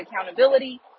accountability